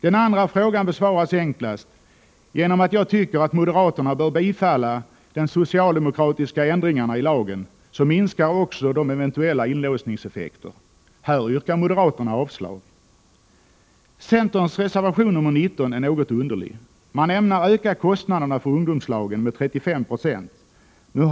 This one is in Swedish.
Det andra kravet besvaras enklast med att moderaterna bör bifalla de socialdemokratiska förslagen till ändringar i lagen, så minskar också de eventuella inlåsningseffekterna. Men moderaterna yrkar här avslag på de socialdemokratiska förslagen. Centerns reservation nr 19 är något underlig. Man ämnar öka kostnaderna för ungdomslagen med 35 26.